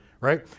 right